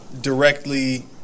directly